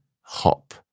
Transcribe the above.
hop